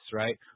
right